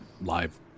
live